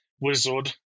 Wizard